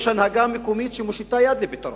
יש הנהגה מקומית שמושיטה יד לפתרון.